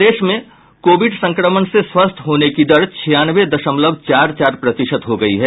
प्रदेश में कोविड संक्रमण से स्वस्थ होने की दर छियानवे दशमलव चार चार प्रतिशत हो गया है